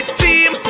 team